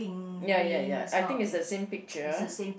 ya ya ya I think is the same picture